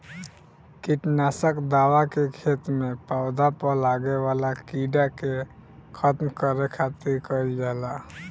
किट नासक दवा के खेत में पौधा पर लागे वाला कीड़ा के खत्म करे खातिर कईल जाला